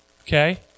okay